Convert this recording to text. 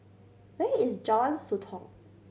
where is Jalan Sotong